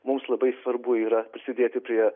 mums labai svarbu yra prisidėti prie